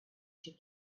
she